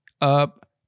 up